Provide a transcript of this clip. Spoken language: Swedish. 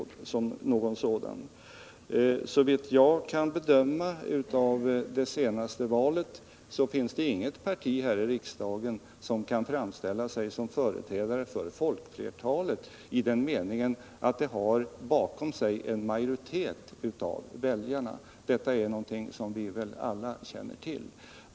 Jag talade om att regeringen förde en mot folkflertalets intressen riktad politik. Såvitt jag kan bedöma av det senaste valet finns det inget parti här i riksdagen som kan framställa sig som representant för folkflertalet i den meningen att det bakom sig har en majoritet av väljarna. Detta är någonting som vi väl alla känner till.